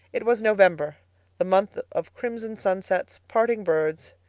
it was november the month of crimson sunsets, parting birds,